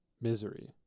misery